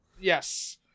yes